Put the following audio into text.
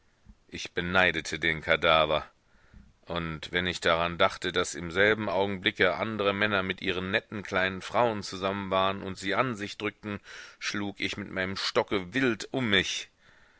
ich beneidete den kadaver und wenn ich daran dachte daß im selben augenblicke andre männer mit ihren netten kleinen frauen zusammen waren und sie an sich drückten schlug ich mit meinem stocke wild um mich